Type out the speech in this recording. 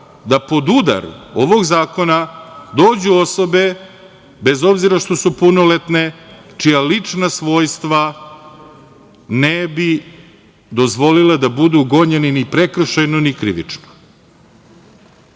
da pod udar ovog zakona dođu osobe, bez obzira što su punoletne, čija lična svojstva ne bi dozvolila da budu gonjene ni prekršajno, ni krivično.